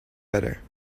better